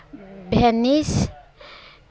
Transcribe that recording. Venice